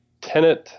tenant